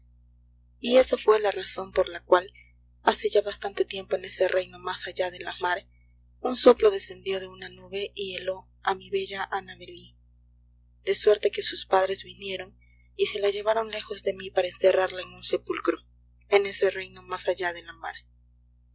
y esa fué la razón por la cual hace ya bastante tiempo en ese reino más allá de la mar un soplo descendió de una nube y heló a mi bella annabel lee de suerte que sus padres vinieron y se la llevaron lejos de mí para encerrarla en un sepulcro en ese reino más allá de la mar